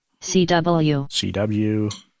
CW